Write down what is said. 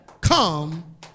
come